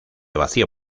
vacío